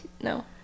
No